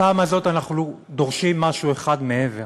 הפעם הזאת אנחנו דורשים משהו אחד מעבר,